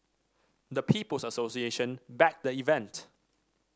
the People's Association backed the event